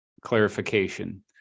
clarification